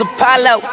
Apollo